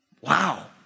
Wow